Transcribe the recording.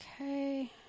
Okay